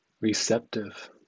receptive